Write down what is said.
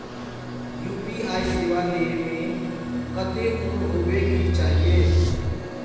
UPI सेवा ले में कते उम्र होबे के चाहिए?